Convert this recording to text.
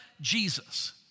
Jesus